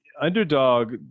underdog